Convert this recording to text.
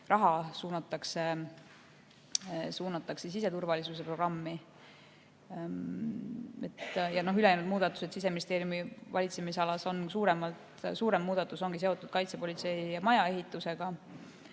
raha suunatakse siseturvalisuse programmi. Ülejäänud muudatused Siseministeeriumi valitsemisalas on suuremad. Suurem muudatus ongi seotud kaitsepolitsei maja ehitusega